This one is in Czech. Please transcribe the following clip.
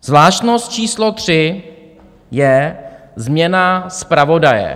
Zvláštnost číslo tři je změna zpravodaje.